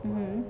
mm